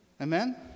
Amen